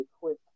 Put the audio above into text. quick